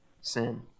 sin